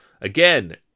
Again